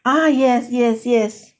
ah yes yes yes